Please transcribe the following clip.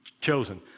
chosen